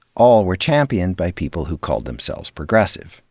all were championed by people who called themselves progressive.